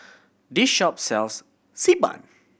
this shop sells Xi Ban